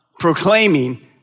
proclaiming